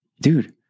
dude